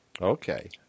Okay